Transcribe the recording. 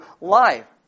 life